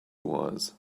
was